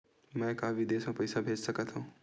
का मैं विदेश म पईसा भेज सकत हव?